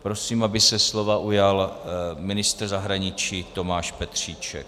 Prosím, aby se slova ujal ministr zahraničí Tomáš Petříček.